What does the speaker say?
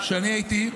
עם מה אתה מסכים?